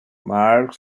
mark